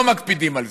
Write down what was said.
לא מקפידים.